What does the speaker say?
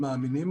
בעיניי אולי